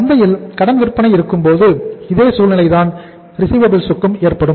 சந்தையில் கடன் விற்பனை இருக்கும்போதும் இதே சூழ்நிலைதான் ரிசிவபில்ஸ் க்கும் ஏற்படும்